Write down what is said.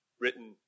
written